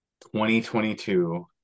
2022